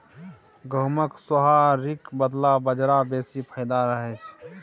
गहुमक सोहारीक बदला बजरा बेसी फायदा करय छै